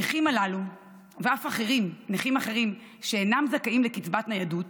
הנכים הללו ואף נכים אחרים שאינם זכאים לקצבת ניידות,